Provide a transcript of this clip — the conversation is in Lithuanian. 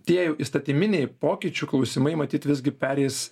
tie įstatyminiai pokyčių klausimai matyt visgi pereis